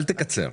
אל תקצר.